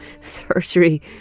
surgery